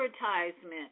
advertisement